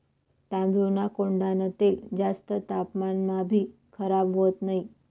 तांदूळना कोंडान तेल जास्त तापमानमाभी खराब होत नही